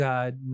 God